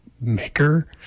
maker